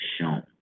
shown